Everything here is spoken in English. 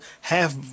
half